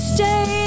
Stay